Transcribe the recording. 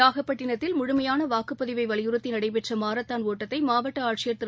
நாகப்பட்டினத்தில் முழுமையான வாக்குப்பதிவை வலியுறுத்தி நடைபெற்ற மாரத்தான் ஒட்டத்தை மாவட்ட ஆட்சியர் திரு